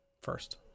First